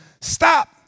Stop